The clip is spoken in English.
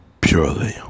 purely